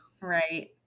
Right